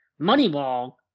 Moneyball